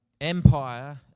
empire